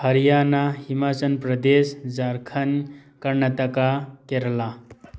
Haryana Himachal Pradesh Jharkhand Karnataka Kerala